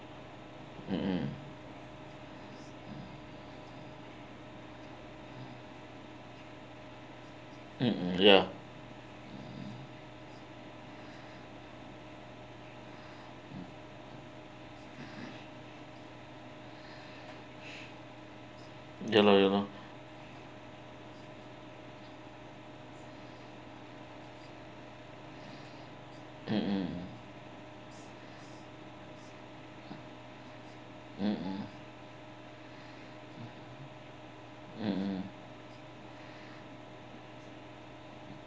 mmhmm mm ya ya lor ya lor mmhmm mmhmm mmhmm